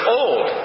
old